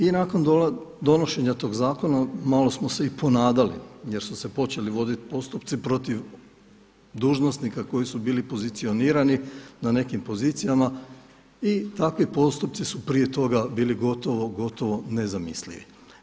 I nakon donošenja tog zakona malo smo se i ponadali jer su se počeli voditi postupci protiv dužnosnika koji su bili pozicionirani na nekim pozicijama i takvu postupci su prije toga bili gotovo nezamislivi.